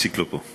איציק לא פה.